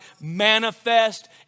manifest